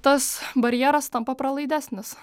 tas barjeras tampa pralaidesnis